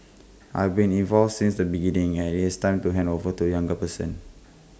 I have been involved since the beginning and IT is time to hand over to A younger person